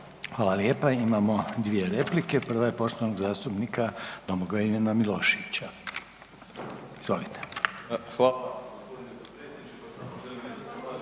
Hvala lijepa, imamo dvije replike, prva je poštovanog zastupnika Domagoja Ivana Miloševića. **Milošević,